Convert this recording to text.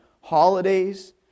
holidays